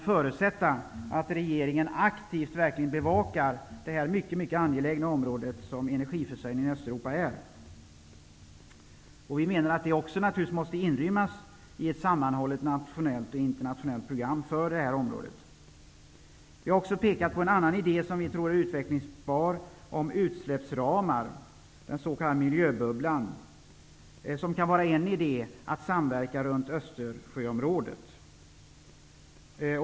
Vi förutsätter att regeringen aktivt bevakar detta mycket angelägna område som energiförsörjningen i Östeuropa utgör. Vi menar att det här måste inrymmas i ett sammanhållet nationellt och internationellt program för området. Vi har också pekat på en idé som vi tror är möjlig att utveckla. Det gäller utsläppsramar, eller den s.k. miljöbubblan. Det är en idé angående samverkan runt Östersjöområdet.